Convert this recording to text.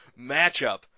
matchup